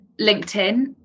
LinkedIn